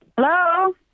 Hello